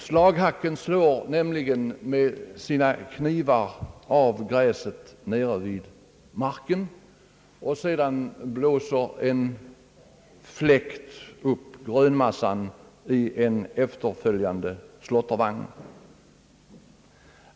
Slaghacken slår nämligen med sina knivar av gräset nere vid marken, och sedan blåser en fläkt upp grönmassan i en efterföljande slåttervagn.